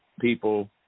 people